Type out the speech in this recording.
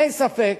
אין ספק